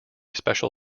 special